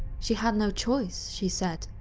she had no choice, she said,